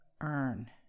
Earn